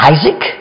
Isaac